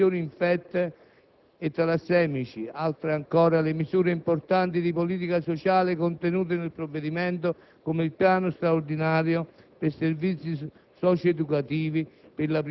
i soggetti danneggiati da trasfusioni infette e per i talassemici. Altre importanti misure di politica sociale sono contenute nel provvedimento, come il piano straordinario